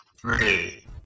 three